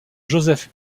josef